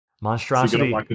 Monstrosity